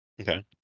Okay